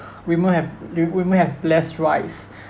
women have wo~ women have less rights